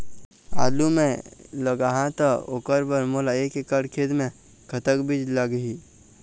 आलू मे लगाहा त ओकर बर मोला एक एकड़ खेत मे कतक बीज लाग ही?